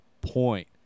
point